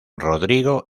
rodrigo